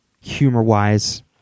humor-wise